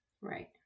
Right